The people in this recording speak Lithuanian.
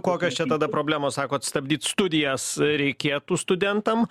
kokios čia tada problemos sakot stabdyt studijas reikėtų studentam